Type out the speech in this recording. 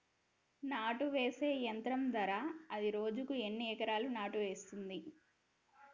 నాటు వేసే యంత్రం ధర ఎంత? అది రోజుకు ఎన్ని ఎకరాలు నాటు వేస్తుంది?